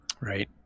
right